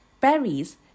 Berries